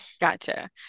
gotcha